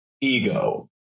Ego